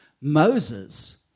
Moses